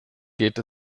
geht